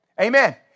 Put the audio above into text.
Amen